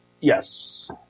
Yes